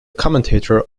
commentator